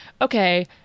okay